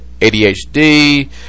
ADHD